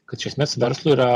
kad iš esmės verslui yra